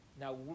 Now